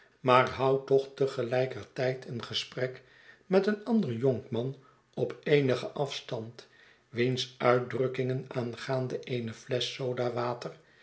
maar houdt toch te gelijker tijd een gesprek met een ander jonkman op eenigen afstand wiens uitdrukkingen aangaande eene flesch sodawater